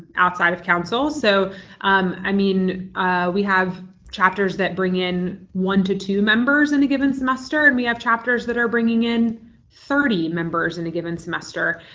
outside of council. so um i mean we have chapters that bring in one to two members in a given semester, and we have chapters that are bringing in thirty members in a given semester.